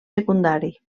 secundari